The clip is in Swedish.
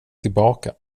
tillbaka